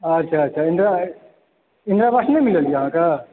अच्छा अच्छा इन्दिरा इन्दिरा आवास नहि मिलल यऽ अहाँकऽ